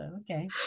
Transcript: okay